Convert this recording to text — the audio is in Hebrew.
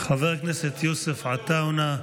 חבר הכנסת יוסף עטאונה,